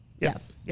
Yes